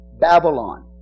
Babylon